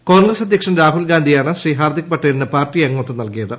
കോൺഗ്രസ് അധ്യക്ഷ്ടൻ ർാഹുൽ ഗാന്ധിയാണ് ശ്രീ ഹാർദിക് പട്ടേലിന് പാർട്ടി അംഗത്യം നൽകിയത്